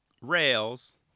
rails